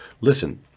Listen